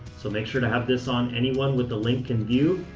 so make sure to have this on anyone with the link can view,